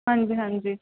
ਹਾਂਜੀ ਹਾਂਜੀ